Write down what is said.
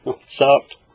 Soft